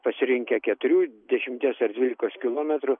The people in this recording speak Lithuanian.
pasirinkę keturių dešimties ir dvylikos kilometrų